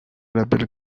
label